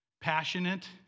passionate